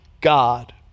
God